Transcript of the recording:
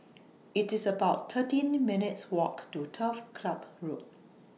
It's about thirteen minutes' Walk to Turf Ciub Road